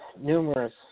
numerous